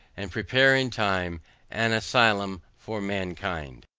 and prepare in time an asylum for mankind.